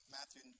Matthew